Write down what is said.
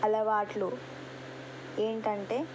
అలవాట్లు ఏంటంటే